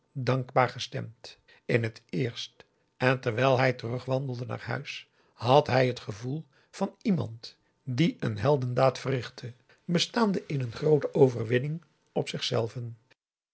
dankbaar gestemd in het eerst en terwijl hij terugwandelde naar huis had hij het gevoel van iemand die een heldendaad verrichtte bestaande in een groote overwinning op zichzelven